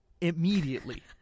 Immediately